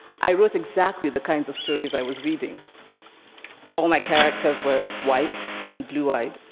i wrote exactly the kinds of stories i was reading all my characters were white and blue-eyed,